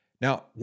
Now